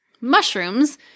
mushrooms